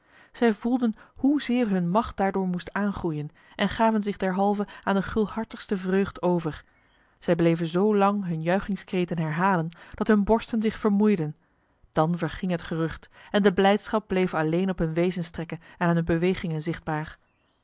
zij voelden hoezeer hun macht daardoor moest aangroeien en gaven zich derhalve aan de gulhartigste vreugd over zij bleven zo lang hun juichingskreten herhalen dat hun borsten zich vermoeiden dan verging het gerucht en de blijdschap bleef alleen op hun wezenstrekken en aan hun bewegingen zichtbaar